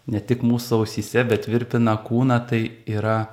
ne tik mūsų ausyse bet virpina kūną tai yra